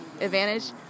advantage